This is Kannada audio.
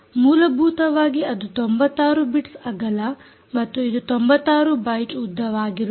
ಮೂಲಭೂತವಾಗಿ ಅದು 96 ಬಿಟ್ಸ್ ಅಗಲ ಮತ್ತು ಇದು 96 ಬೈಟ್ ಉದ್ದವಾಗಿರುತ್ತದೆ